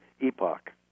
epoch